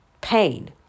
pain